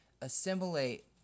assimilate